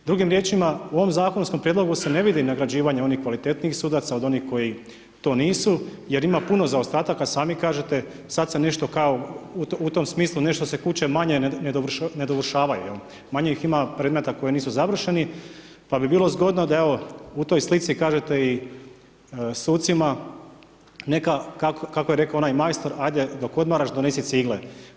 Drugim riječima, u ovom zakonskom prijedlogu se ne vidi nagrađivanje onih kvalitetnijih sudaca od onih koji to nisu jer ima puno zaostataka, sami kažete sad se nešto kao u tom smislu, nešto se kuće manje ne dovršavaju, jel, manje ih ima predmeta koji nisu završeni pa bi bilo zgodno da evo u toj slici kažete i sucima, kako je rekao onaj majstor, ajde dok odmaraš, donesi cigle.